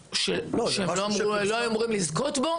למשהו שהם לא היו אמורים לזכות בו?